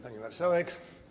Pani Marszałek!